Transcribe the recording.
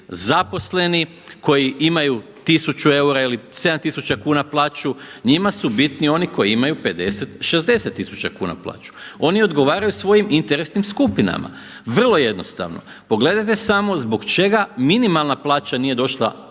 zaposleni koji imaju 1000 eura ili 7000 kuna plaću, njima su bitni oni koji imaju 50 i 60 tisuća kuna plaću. Oni odgovaraju svojim interesnim skupinama vrlo jednostavno. Pogledajte samo zbog čega minimalna plaća nije došla